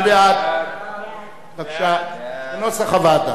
סעיף 2